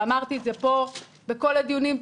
ואמרתי את זה פה בכל הדיונים,